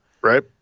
Right